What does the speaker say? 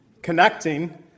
connecting